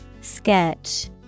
Sketch